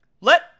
let